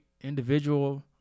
individual